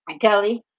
kelly